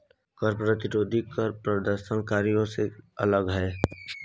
कर प्रतिरोधी कर प्रदर्शनकारियों से अलग हैं